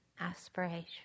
aspiration